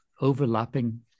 overlapping